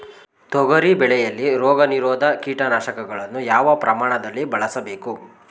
ತೊಗರಿ ಬೆಳೆಯಲ್ಲಿ ರೋಗನಿರೋಧ ಕೀಟನಾಶಕಗಳನ್ನು ಯಾವ ಪ್ರಮಾಣದಲ್ಲಿ ಬಳಸಬೇಕು?